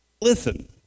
listen